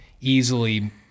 easily